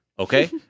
Okay